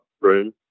room